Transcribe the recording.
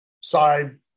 side